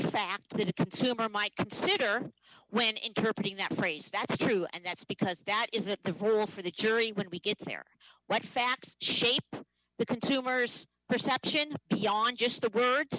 a consumer might consider when interpreted that phrase that's true and that's because that is it then for a for the jury when we get there what facts shape the consumers perception beyond just the words